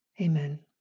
Amen